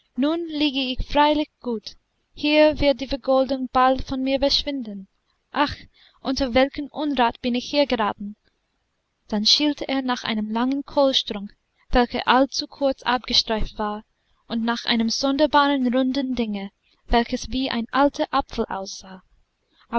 nun liege ich freilich gut hier wird die vergoldung bald von mir verschwinden ach unter welchen unrat bin ich hier geraten dann schielte er nach einem langen kohlstrunk welcher allzu kurz abgestreift war und nach einem sonderbaren runden dinge welches wie ein alter apfel aussah